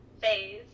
phase